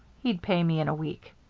he'd pay me in a week.